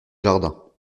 jardin